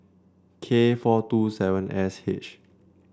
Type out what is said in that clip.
K four two seven S H